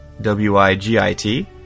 W-I-G-I-T